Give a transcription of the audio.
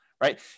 right